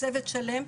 צוות שלם.